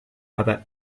other